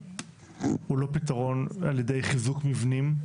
הוא לא פתרון על ידי חיזוק מבנים,